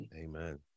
Amen